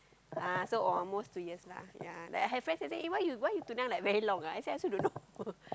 ah so almost two years lah ya then I have friends who say eh why you why you tunang like very long ah I say I also don't know